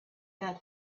out